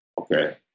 okay